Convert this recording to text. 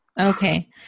Okay